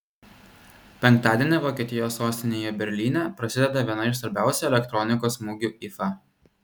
penktadienį vokietijos sostinėje berlyne prasideda viena iš svarbiausių elektronikos mugių ifa